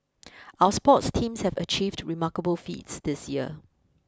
our sports teams have achieved remarkable feats this year